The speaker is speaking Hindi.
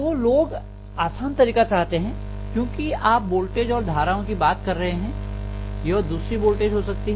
तो लोग आसान तरीका चाहते हैं क्योंकि आप वोल्टेज और धाराओं की बात कर रहे हैं यह दूसरी वोल्टेज हो सकती है